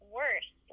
worse